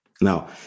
Now